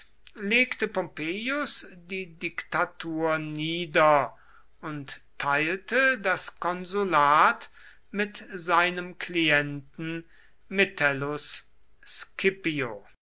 legte pompeius die diktatur nieder und teilte das konsulat mit seinem klienten metellus